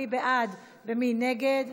מי בעד ומי נגד?